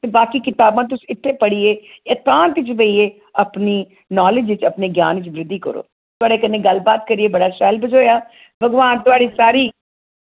ते बाकि किताबां तुस इत्थे पढ़िये एकांत च बेइये अपनी नालेज च अपने ज्ञान च वृद्धि करो थोआड़े कन्नै गल्ल बात करियै बड़ा शैल बझोया भगवान थोआड़ी सारी